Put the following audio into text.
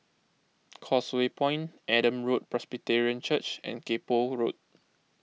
Causeway Point Adam Road Presbyterian Church and Kay Poh Road